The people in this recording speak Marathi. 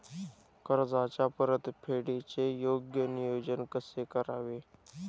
कर्जाच्या परतफेडीचे योग्य नियोजन कसे करावे?